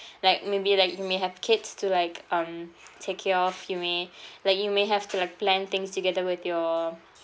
like maybe you like you may have kids to like um take care of you may like you may have to like plan things together with your